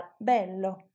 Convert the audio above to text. bello